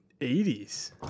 80s